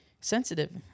sensitive